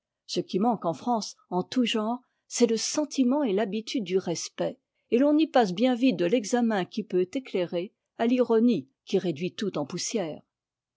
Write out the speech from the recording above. ce qui manque en france en tout genre c'est le sentiment et l'habitude du respect et l'on y passe bien vite de l'examen qui peut éclairer à l'ironie qui réduit tout en poussière